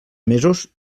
mesos